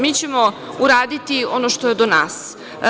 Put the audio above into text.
Mi ćemo uraditi ono što je do nas.